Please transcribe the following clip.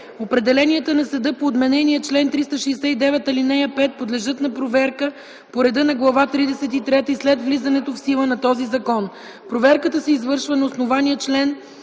Определенията на съда по отменения чл. 369, ал. 5 подлежат на проверка по реда на Глава тридесет и трета и след влизането в сила на този закон. Проверката се извършва на основание чл.